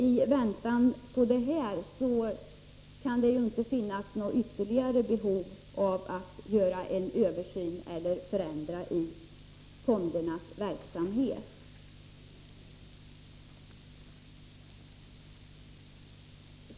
I väntan på detta kan det inte finnas några ytterligare behov av att göra en översyn av eller ändra fondernas verksamhet.